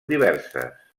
diverses